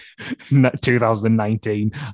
2019